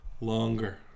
Longer